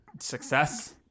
success